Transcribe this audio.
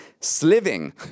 sliving